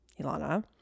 Ilana